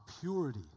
purity